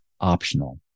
optional